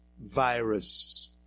virus